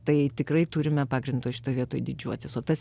tai tikrai turime pagrindo šitoj vietoj didžiuotis o tas